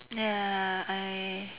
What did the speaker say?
ya I